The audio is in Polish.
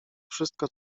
wszystko